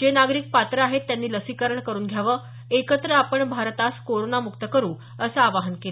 जे नागरिक पात्र आहेत त्यांनी लसीकरण करून घ्यावं एकत्र आपण भारतास कोरोना मुक्त करू असं आवाहन केलं